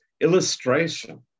illustration